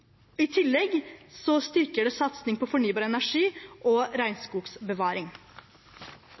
I tillegg styrker det satsing på fornybar energi og regnskogsbevaring.